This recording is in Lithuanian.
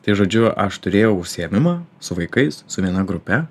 tai žodžiu aš turėjau užsiėmimą su vaikais su viena grupe